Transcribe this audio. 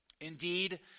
Indeed